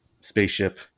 spaceship